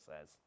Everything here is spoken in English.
says